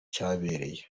cyabereye